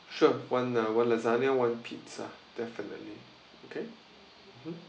sure one uh one lasagne one pizza definitely okay mm